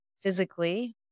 physically